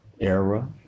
era